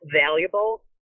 valuable